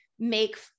make